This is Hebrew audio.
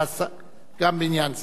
אז בסוף, אחרי ההצבעה.